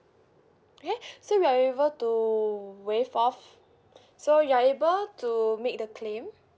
okay so we're able to waive off so you are able to make the claim